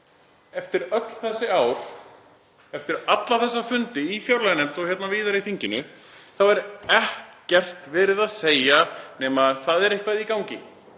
eftir öll þessi ár, eftir alla þessa fundi í fjárlaganefnd og víðar í þinginu, þá er ekkert verið að segja nema: Það er eitthvað í gangi.